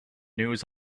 news